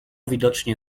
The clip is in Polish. widocznie